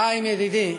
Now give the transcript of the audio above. חיים ידידי,